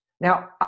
Now